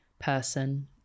person